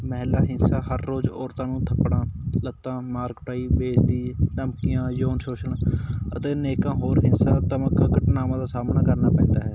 ਮਹਿਲਾ ਅਹਿੰਸਾ ਹਰ ਰੋਜ਼ ਔਰਤਾਂ ਨੂੰ ਥੱਪੜਾਂ ਲੱਤਾਂ ਮਾਰ ਕੁਟਾਈ ਬੇਇੱਜ਼ਤੀ ਧਮਕੀਆਂ ਯੋਨ ਸ਼ੋਸ਼ਣ ਅਤੇ ਅਨੇਕਾਂ ਹੋਰ ਹਿੰਸਾਤਮਕ ਘਟਨਾਵਾਂ ਦਾ ਸਾਹਮਣਾ ਕਰਨਾ ਪੈਂਦਾ ਹੈ